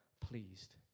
pleased